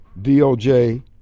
DOJ